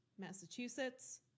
Massachusetts